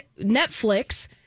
netflix